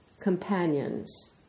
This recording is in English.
companions